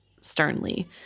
sternly